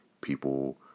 people